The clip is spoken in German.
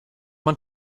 man